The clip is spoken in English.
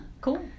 Cool